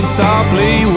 softly